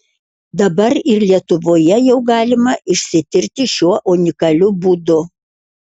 dabar ir lietuvoje jau galima išsitirti šiuo unikaliu būdu